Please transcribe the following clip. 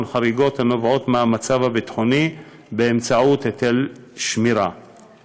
חריגות הנובעות מהמצב הביטחוני באמצעות היטל שמירה,